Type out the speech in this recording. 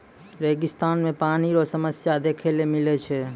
रेगिस्तान मे पानी रो समस्या देखै ले मिलै छै